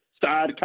side